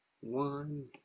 one